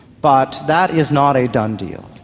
but that is not a done deal.